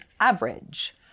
average